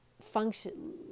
function